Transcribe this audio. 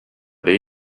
they